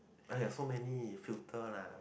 !aiya! so many filter lah